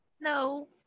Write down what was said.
No